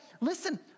listen